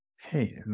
hey